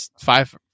five